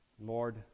Lord